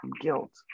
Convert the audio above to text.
guilt